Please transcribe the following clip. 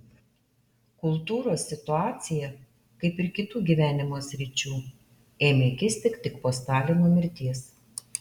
kultūros situacija kaip ir kitų gyvenimo sričių ėmė kisti tik po stalino mirties